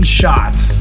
shots